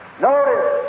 notice